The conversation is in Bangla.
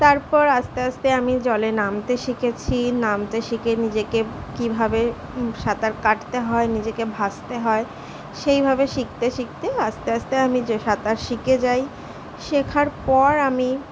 তারপর আস্তে আস্তে আমি জলে নামতে শিখেছি নামতে শিখে নিজেকে কীভাবে সাঁতার কাটতে হয় নিজেকে ভাসতে হয় সেইভাবে শিখতে শিখতে আস্তে আস্তে আমি যে সাঁতার শিখে যাই শেখার পর আমি